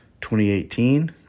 2018